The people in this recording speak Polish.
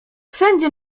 wszędzie